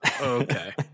Okay